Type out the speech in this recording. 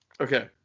Okay